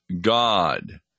God